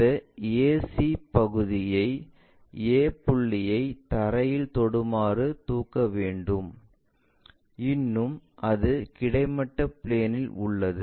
இந்த ac பகுதியை a புள்ளியை தரையில் தொட்டவாறு தூக்க வேண்டும் இன்னும் அது கிடைமட்ட பிளேனில் உள்ளது